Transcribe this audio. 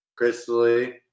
crystally